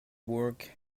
work